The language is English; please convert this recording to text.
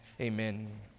amen